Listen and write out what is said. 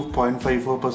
0.54%